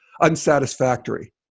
unsatisfactory